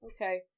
Okay